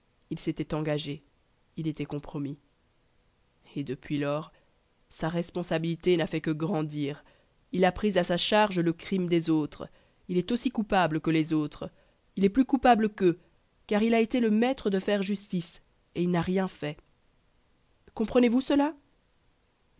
il s'était engagé il était compromis et depuis lors sa responsabilité n'a fait que grandir il a pris à sa charge le crime des autres il est aussi coupable que les autres il est plus coupable qu'eux car il a été le maître de faire justice et il n'a rien fait comprenez-vous cela